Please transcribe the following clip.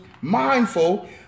mindful